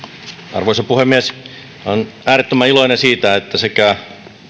arvoisa puhemies olen äärettömän iloinen siitä että sekä